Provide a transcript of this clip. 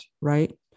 right